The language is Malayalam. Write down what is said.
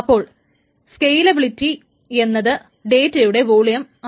അപ്പോൾ സ്കെയിലബിലിറ്റി എന്നത് ഡേറ്റയുടെ വോളിയമാണ്